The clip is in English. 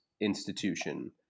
institution